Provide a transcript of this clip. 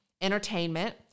entertainment